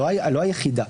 לא היחידה,